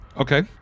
Okay